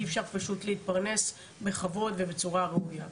אי אפשר פשוט להתפרנס בכבוד ובצורה ראויה,